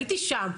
הייתי שם,